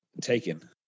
taken